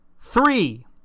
Three